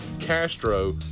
Castro